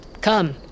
Come